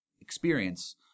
experience